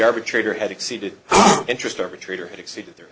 arbitrator had exceeded interest arbitrator had exceeded the